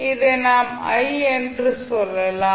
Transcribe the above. இதை நாம் i என்று சொல்லலாம்